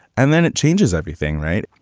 and then it changes everything. right.